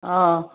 অঁ